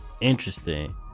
interesting